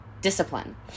discipline